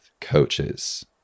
coaches